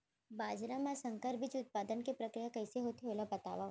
बाजरा मा संकर बीज उत्पादन के प्रक्रिया कइसे होथे ओला बताव?